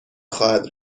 خواهد